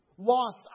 Loss